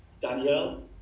Danielle